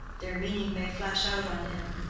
their meaning may flash out on him.